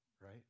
right